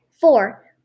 Four